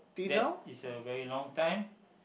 that is a very long time